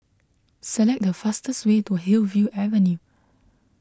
select the fastest way to Hillview Avenue